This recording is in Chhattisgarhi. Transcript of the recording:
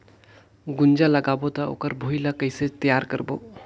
गुनजा लगाबो ता ओकर भुईं ला कइसे तियार करबो?